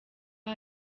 iya